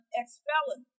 ex-felon